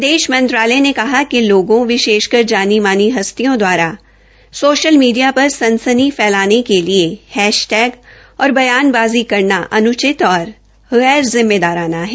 विदेश मंत्रालय ने कहा कि लागों विशेषकर जानी मानी हस्तियों दवारा साशल मीडिया पर सनसनी फैलाने के लिए हैशटैग और बयान बाज़ी करना अनुउचित और गैर जिम्मेदाराना है